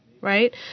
right